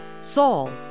Saul